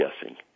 guessing